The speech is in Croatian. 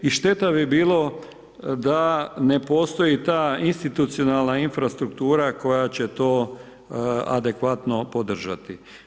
I šteta bi bilo da ne postoji ta institucionalna infrastruktura koja će to adekvatno podržati.